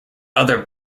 other